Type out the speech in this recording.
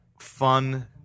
fun